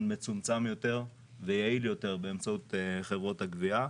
מצומצם יותר ויעיל יותר באמצעות חברות הגבייה.